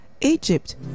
egypt